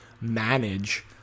manage